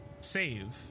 Save